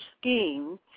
scheme